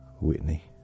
Whitney